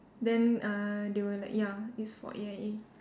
then uh they were like ya it's for A_I_A